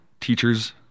teachers